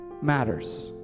matters